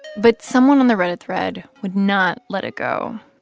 but someone on the reddit thread would not let it go.